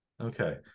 Okay